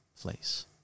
place